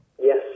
Yes